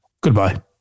Goodbye